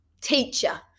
teacher